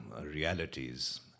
realities